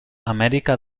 amèrica